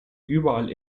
überall